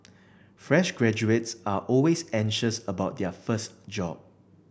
fresh graduates are always anxious about their first job